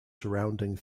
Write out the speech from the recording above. surrounding